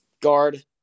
guard